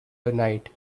tonight